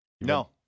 No